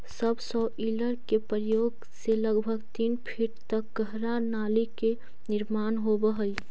subsoiler के प्रयोग से लगभग तीन फीट तक गहरा नाली के निर्माण होवऽ हई